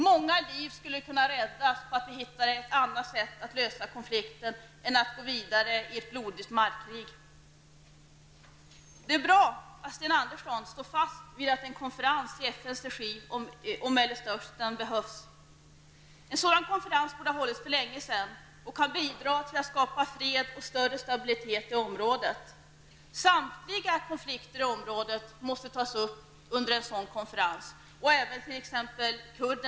Många liv skulle kunna räddas genom ett annat sätt att lösa konflikten än att gå vidare i ett blodigt markkrig. Det är bra att Sten Andersson står fast vid att en konferens i FNs regi om Mellersta Östern behövs. En sådan konferens borde ha hållits för länge sedan och kan bidra till att skapa fred och större stabilitet i området. Samtliga konflikter i området måste tas upp under en sådan konferens, även t.ex.